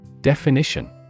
Definition